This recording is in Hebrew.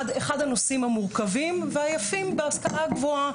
הוא אחד הנושאים המורכבים והיפים בהשכלה הגבוהה,